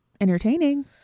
entertaining